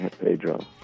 Pedro